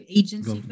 agency